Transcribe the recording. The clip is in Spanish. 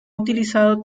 utilizado